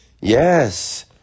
Yes